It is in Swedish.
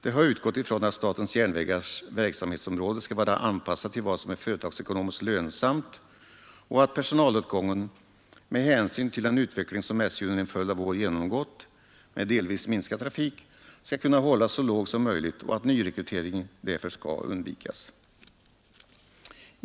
Man har utgått från att statens järnvägars verksamhetsområde skall vara anpassat till vad som är företagsekonomiskt lönsamt och att personalåtgången, med hänsyn till den utveckling som SJ under en följd av år genomgått med delvis minskad trafik, skall kunna hållas så låg som möjligt och att all nyrekrytering därför skall undvikas.